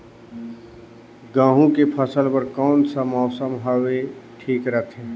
गहूं के फसल बर कौन सा मौसम हवे ठीक रथे?